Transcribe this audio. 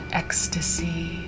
ecstasy